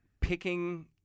picking